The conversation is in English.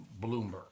Bloomberg